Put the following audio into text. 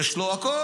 יש לו הכול.